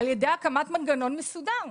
על ידי הקמת מנגנון מסודר?